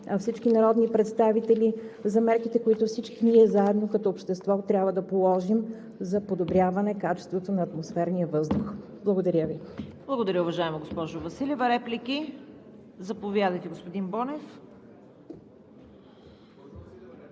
всички народни представители за мерките, които всички ние заедно като общество трябва да положим за подобряване качеството на атмосферния въздух. Благодаря Ви. ПРЕДСЕДАТЕЛ ЦВЕТА КАРАЯНЧЕВА: Благодаря, уважаема госпожо Василева. Реплики? Заповядайте, господин Бонев.